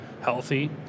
healthy